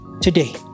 today